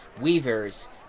Weavers